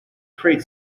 trade